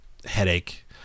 headache